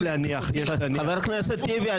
חבר הכנסת טיבי,